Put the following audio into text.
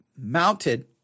mounted